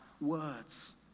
words